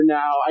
now